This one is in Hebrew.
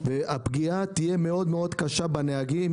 הפגיעה תהיה מאוד קשה בנהגים